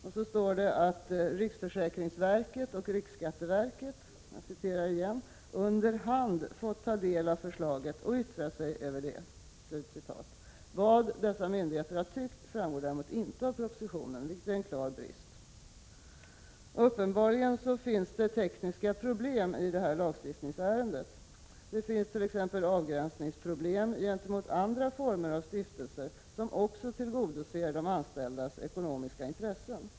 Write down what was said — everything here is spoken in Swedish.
Det står vidare att riksförsäkringsverket och riksskatteverket ”under hand fått ta del av förslaget och yttra sig över det”. Vad dessa myndigheter har tyckt framgår däremot inte av propositionen, vilket är en klar brist. Uppenbarligen finns det tekniska problem i det här lagstiftningsärendet. Det finns t.ex. avgränsningsproblem gentemot andra former av stiftelser, som också tillgodoser de anställdas ekonomiska intressen.